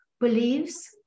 believes